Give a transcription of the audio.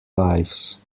lives